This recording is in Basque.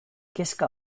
kezka